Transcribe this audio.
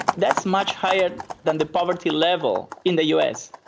that's much higher than the poverty level in the us.